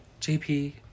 JP